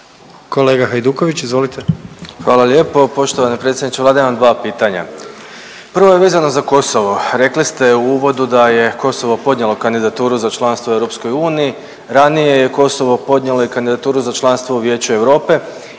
Kolega Hajduković, izvolite.